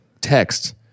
text